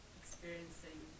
experiencing